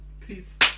please